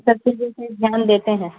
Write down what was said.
سب چیزوں سے دھیان دیتے ہیں